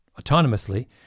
autonomously